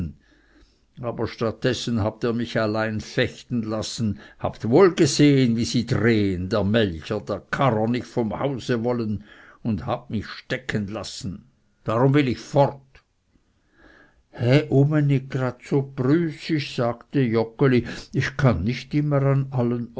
aber statt dessen habt ihr mich allein fechten lassen habt wohl gesehen wie sie drehen der melcher der karrer nicht vom hause wollen und habt mich stecken lassen darum will ich fort he ume nit grad so prüßisch sagte joggeli ich kann nicht immer an allen